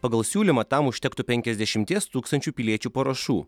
pagal siūlymą tam užtektų penkiasdešimties tūkstančių piliečių parašų